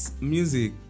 music